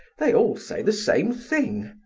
they all say the same thing.